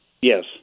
Yes